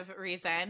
reason